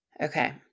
Okay